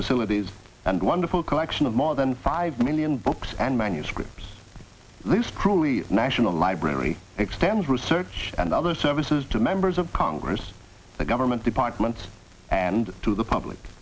facilities and wonderful collection of more than five million books and manuscripts this truly national library extends research and other services to members of congress the government departments and to the public